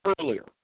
earlier